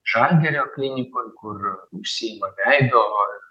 žalgirio klinikoj kur užsiima veido